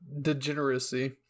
degeneracy